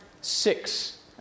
six